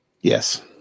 Yes